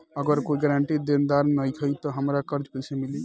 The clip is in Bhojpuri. अगर कोई गारंटी देनदार नईखे त हमरा कर्जा कैसे मिली?